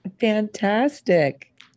Fantastic